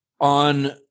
on